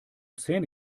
zähne